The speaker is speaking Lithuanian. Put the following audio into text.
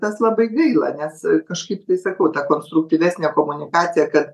tas labai gaila nes kažkaip tai sakau ta konstruktyvesnė komunikacija kad